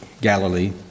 Galilee